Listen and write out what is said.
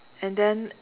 and then